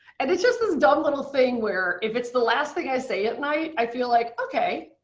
and it's just this dumb little thing where if it's the last thing i say at night i feel like, okay,